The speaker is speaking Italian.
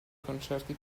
concerti